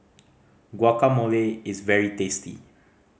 guacamole is very tasty